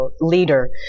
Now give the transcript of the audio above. leader